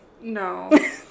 No